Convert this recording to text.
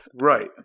Right